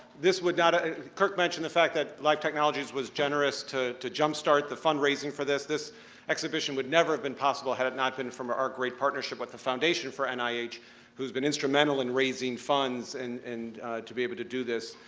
this would not have ah kirk mentioned the fact that life technologies was generous to to jump start the fundraising for this. this exhibition would never have been possible had it not been for our great partnership with the foundation for and nih, who has been instrumental in raising funds, and and to be able to do this,